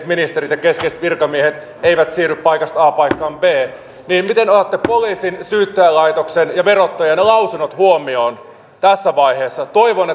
ministerit ja keskeiset virkamiehet eivät siirry paikasta a paikkaan b miten aiotte jatkossa ottaa poliisin syyttäjälaitoksen ja verottajan lausunnot huomioon tässä vaiheessa toivon